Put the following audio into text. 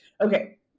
Okay